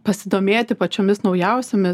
pasidomėti pačiomis naujausiomis